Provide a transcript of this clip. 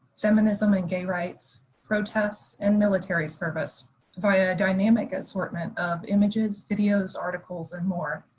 feminism and gay rights, protests and military service via a dynamic assortment of images, videos, articles, and more.